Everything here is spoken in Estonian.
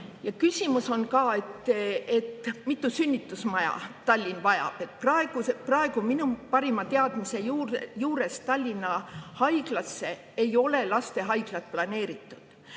küsimus on ka, mitut sünnitusmaja Tallinn vajab. Praegu minu parima teadmise juures Tallinna Haiglasse ei ole lastehaiglat planeeritud.